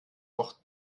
noch